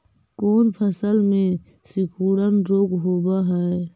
कोन फ़सल में सिकुड़न रोग होब है?